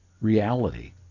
reality